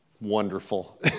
wonderful